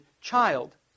child